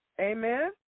Amen